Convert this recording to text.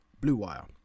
BlueWire